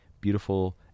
beautiful